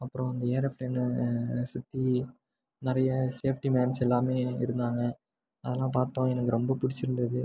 அப்புறோம் அந்த ஏரோப்ளேனு சுற்றி நிறைய சேஃப்டி மேன்ஸ் எல்லாமே இருந்தாங்க அதெலாம் பார்த்தோம் எனக்கு ரொம்ப பிடிச்சிருந்தது